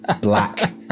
Black